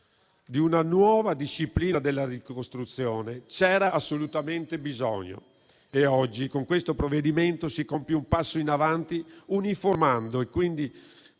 Di una nuova disciplina della ricostruzione c'era assolutamente bisogno e oggi, con questo provvedimento, si compie un passo in avanti, uniformando e quindi